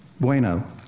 Bueno